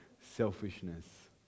selfishness